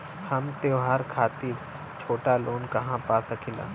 हम त्योहार खातिर छोटा लोन कहा पा सकिला?